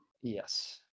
Yes